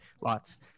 lots